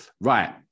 Right